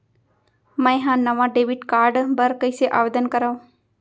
मै हा नवा डेबिट कार्ड बर कईसे आवेदन करव?